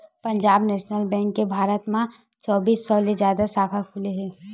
Punjab national bank के भारत म चौबींस सौ ले जादा साखा खुले हे